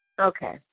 okay